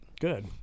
Good